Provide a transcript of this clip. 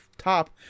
top